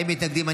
אין מתנגדים.